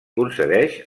concedeix